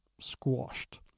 squashed